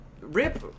Rip